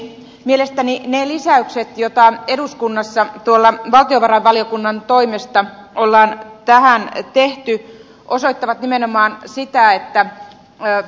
mielestäni ne lisäykset jotka eduskunnassa tuolla valtiovarainvaliokunnan toimesta on lähettää hänelle tehty osoittavat nimenomaan siitä että raja